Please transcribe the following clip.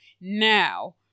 Now